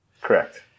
Correct